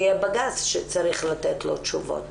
יהיה בג"ץ שצריך יהיה לתת לו תשובות.